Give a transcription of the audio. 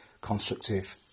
constructive